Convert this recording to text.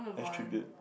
attributes